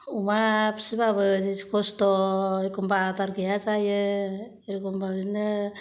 अमा फिसिबाबो जि खसथ' एखमबा आदार गैया जायो एखमबा बिदिनो